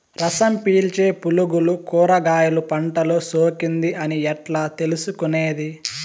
రసం పీల్చే పులుగులు కూరగాయలు పంటలో సోకింది అని ఎట్లా తెలుసుకునేది?